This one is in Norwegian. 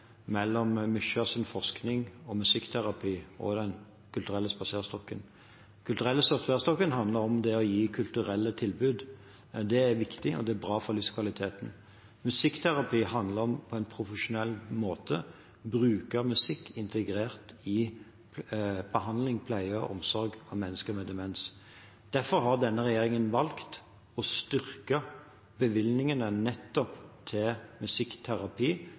forskning på musikkterapi og Den kulturelle spaserstokken. Den kulturelle spaserstokken handler om det å gi kulturelle tilbud. Det er viktig, og det er bra for livskvaliteten. Musikkterapi handler om på en profesjonell måte å bruke musikk integrert i behandling og pleie av og omsorg for mennesker med demens. Derfor har denne regjeringen valgt å styrke bevilgningene nettopp til musikkterapi